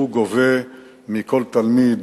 שהוא גובה מכל תלמיד